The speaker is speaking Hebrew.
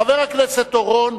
חבר הכנסת אורון,